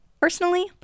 Personally